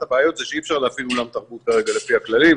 הבעיות זה שאי אפשר להפעיל אולם תרבות כרגע לפי הכללים,